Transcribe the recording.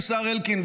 השר אלקין,